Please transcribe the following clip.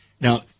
Now